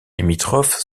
limitrophes